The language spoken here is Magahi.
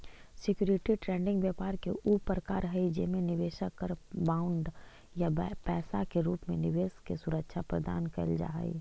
सिक्योरिटी ट्रेडिंग व्यापार के ऊ प्रकार हई जेमे निवेशक कर बॉन्ड या पैसा के रूप में निवेश के सुरक्षा प्रदान कैल जा हइ